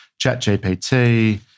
ChatGPT